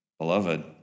Beloved